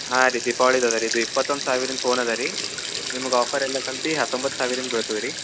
ಹಾಂ ರೀ ದೀಪಾವಳಿದ ಅದು ರೀ ಇದು ಇಪ್ಪತ್ತು ಒಂದು ಸಾವಿರದ ಫೋನ್ ಅವ ರೀ ನಿಮಗೆ ಆಫರ್ ಎಲ್ಲ ಕಂತಿ ಹತ್ತೊಂಬತ್ತು ಸಾವಿರನ ಬೀಳ್ತದೆ ರೀ